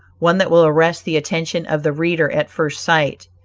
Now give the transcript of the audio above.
one that will arrest the attention of the reader at first sight.